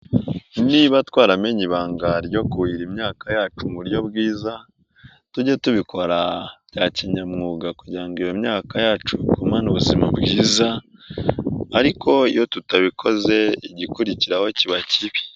Niba twaramenye ibanga ryo kuhira imyaka yacu mu buryo bwiza tujye tubikora bya kinyamwuga kugira ngo iyo myaka yacu igumane ubuzima bwiza ariko iyo tutabikoze igikurikiraho kiba kibi.